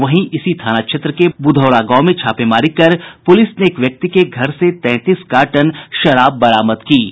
वहीं इसी थाना क्षेत्र के बुधौरा गांव में छापेमारी कर पुलिस ने एक व्यक्ति के घर से तैंतीस कार्टन शराब बरामद की है